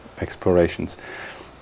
explorations